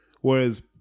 Whereas